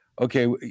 okay